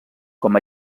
com